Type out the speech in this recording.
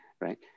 right